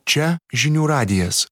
čia žinių radijas